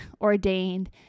ordained